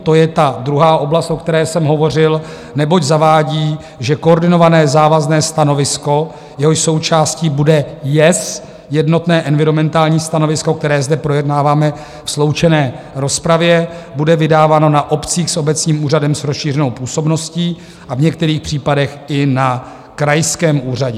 To je ta druhá oblast, o které jsem hovořil, neboť zavádí, že koordinované závazné stanovisko, jehož součástí bude JES, jednotné environmentální stanovisko, které zde projednáváme ve sloučené rozpravě, bude vydáváno na obcích s obecním úřadem s rozšířenou působností a v některých případech i na krajském úřadě.